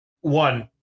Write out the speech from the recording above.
one